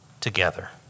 together